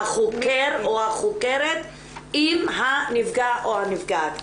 החוקר או החוקרת עם הנפגע או הנפגעת,